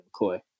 McCoy